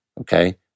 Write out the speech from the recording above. Okay